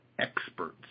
experts